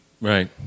Right